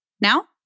Now